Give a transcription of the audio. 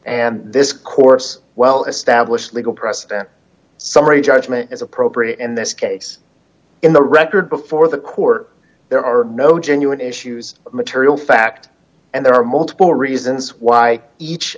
and this course well established legal precedent summary judgment is appropriate in this case in the record before the court there are no genuine issues of material fact and there are multiple reasons why each